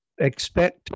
expect